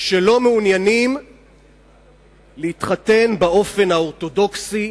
שלא מעוניינים להתחתן באופן האורתודוקסי,